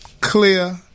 clear